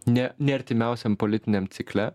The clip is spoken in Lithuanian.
ne ne artimiausiam politiniam cikle